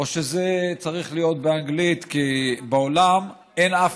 או שזה צריך להיות באנגלית, כי בעולם אין אף